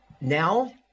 now